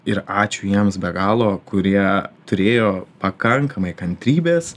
ir ačiū jiems be galo kurie turėjo pakankamai kantrybės